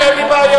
לי, אין לי בעיה.